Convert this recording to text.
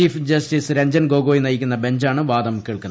chief justice Ranjan Gogoi നയിക്കുന്ന ബെഞ്ചാണ് വാദം കേൾക്കുന്നത്